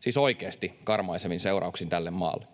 Siis oikeasti karmaisevin seurauksin tälle maalle.